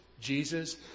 Jesus